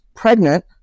pregnant